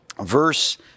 verse